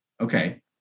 Okay